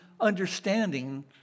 understanding